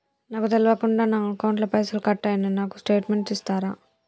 నాకు తెల్వకుండా నా అకౌంట్ ల పైసల్ కట్ అయినై నాకు స్టేటుమెంట్ ఇస్తరా?